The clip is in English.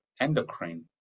endocrine